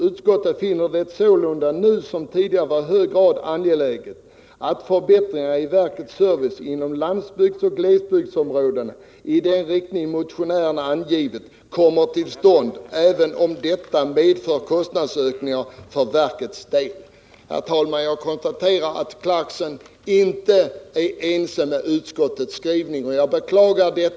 Utskottet finner det sålunda nu såsom tidigare vara i hög grad angeläget att förbättringar i verkets service inom landsbygdsoch glesbygdsområdena i den riktning motionärerna angivit kommer till stånd även om detta medför kostnadsökningar för verkets del.” Jag konstaterar att Rolf Clarkson inte är ense med utskottet i dess skrivning, och jag beklagar det.